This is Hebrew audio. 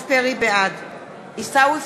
בעד עיסאווי